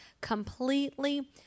completely